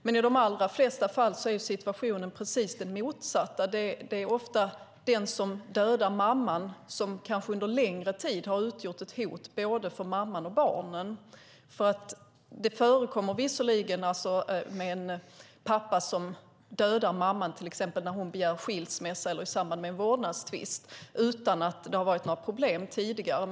Men i de allra flesta fall är situationen precis den motsatta. Det är ofta den som dödar mamman som kanske under längre tid har utgjort ett hot för både mamman och barnen. Det förekommer visserligen till exempel att en pappa dödar mamman när hon begär skilsmässa eller i samband med en vårdnadstvist utan att det har varit några problem tidigare.